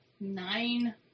nine